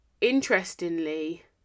interestingly